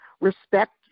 respect